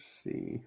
see